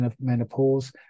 menopause